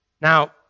Now